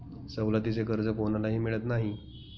सवलतीचे कर्ज कोणालाही मिळत नाही